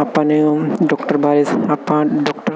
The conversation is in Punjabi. ਆਪਾਂ ਨੂੰ ਡੋਕਟਰ ਬਾਰੇ ਆਪਾਂ ਡੋਕਟਰ